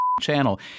channel